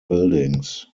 buildings